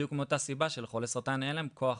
בדיוק מאותה סיבה שלחולי סרטן אין כוח